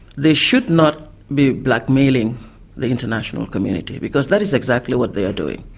they should not be blackmailing the international community, because that is exactly what they are doing.